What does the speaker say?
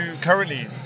currently